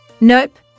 Nope